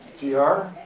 t r.